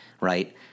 right